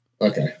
Okay